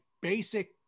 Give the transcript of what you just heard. basic